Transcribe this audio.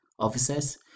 officers